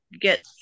get